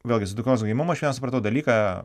vėlgi su dukros gimimu aš vieną supratau dalyką